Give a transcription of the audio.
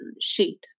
sheet